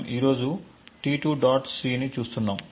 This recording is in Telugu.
c ని చూస్తున్నాము